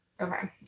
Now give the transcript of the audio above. Okay